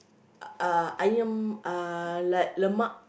ayam lemak